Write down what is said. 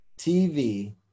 TV